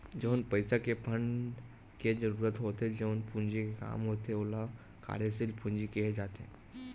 जउन पइसा के फंड के जरुरत होथे जउन पूंजी के काम होथे ओला कार्यसील पूंजी केहे जाथे